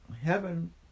heaven